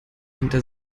hinter